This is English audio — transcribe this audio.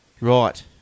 right